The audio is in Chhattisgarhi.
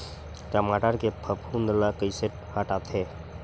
टमाटर के फफूंद ल कइसे हटाथे?